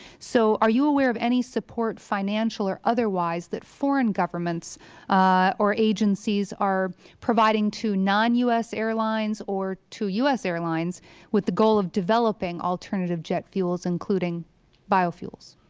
so are you aware of any support, financial or otherwise, that foreign governments or agencies are providing to non-u s. airlines or to u s. airlines with the goal of developing alternative jet fuels, including biofuels?